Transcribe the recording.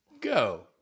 Go